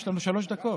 יש לנו שלוש דקות.